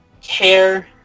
care